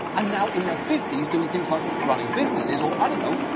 and now in their fifties doing things like running businesses or, i don't know,